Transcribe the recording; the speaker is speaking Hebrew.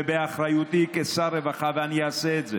ובאחריותי כשר רווחה, ואני אעשה את זה,